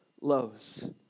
lows